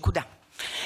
נקודה.